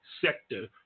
sector